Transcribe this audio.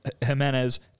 Jimenez